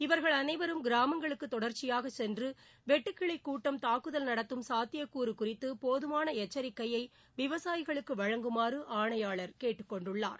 இவர்கள் அனைவரும் கிராமங்களுக்கு தொடர்ச்சியாக சென்று வெட்டுக்கிளி கூட்டம் துக்குதல்நடத்தும் சாத்தியக்கூறு குறித்து போதுமான எச்சரிக்கையை விவசாயிகளுக்கு வழங்குமாறு ஆணையாளர் கேட்டுக்கொண்டுள்ளார்